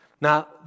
Now